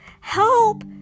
help